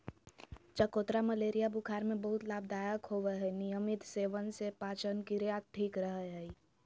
चकोतरा मलेरिया बुखार में बहुत लाभदायक होवय हई नियमित सेवन से पाचनक्रिया ठीक रहय हई